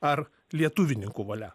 ar lietuvininkų valia